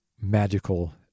magical